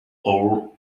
all